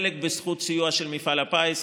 חלק בזכות סיוע של מפעל הפיס,